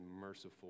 merciful